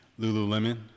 Lululemon